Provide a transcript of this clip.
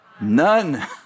None